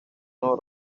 nuevo